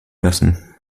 lassen